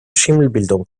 schimmelbildung